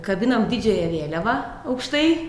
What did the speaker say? kabinam didžiąją vėliavą aukštai